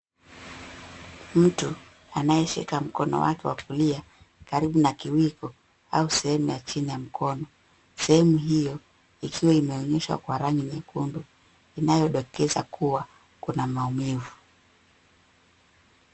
Mtu anayeshika mkono wake wa kulia karibu na kiwigu au sehemu ya chini ya mkono. Sehemu hiyo ikiwa imeonyeshwa kwa rangi nyekundu inayodokeza kuwa kuna maumivu.